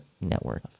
network